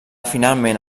finalment